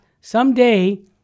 someday